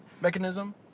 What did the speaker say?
mechanism